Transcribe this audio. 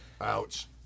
Ouch